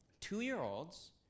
Two-year-olds